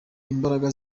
imbaraga